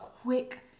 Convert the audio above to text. quick